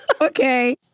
Okay